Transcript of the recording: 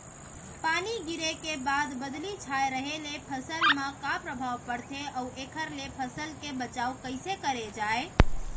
पानी गिरे के बाद बदली छाये रहे ले फसल मा का प्रभाव पड़थे अऊ एखर ले फसल के बचाव कइसे करे जाये?